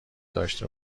داشته